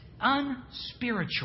unspiritual